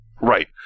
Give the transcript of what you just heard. Right